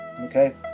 okay